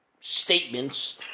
statements